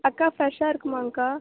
அக்கா ஃப்ரெஷ்ஷாக இருக்குமாங்கக்கா